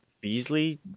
Beasley